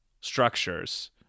structures